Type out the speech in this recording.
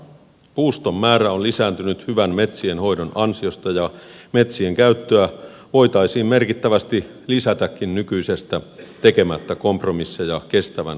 puuston määrä on lisääntynyt hyvän metsien hoidon ansiosta ja metsien käyttöä voitaisiin merkittävästi lisätäkin nykyisestä tekemättä kompromisseja kestävän kehityksen suhteen